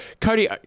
Cody